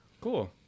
cool